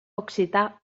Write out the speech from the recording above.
occità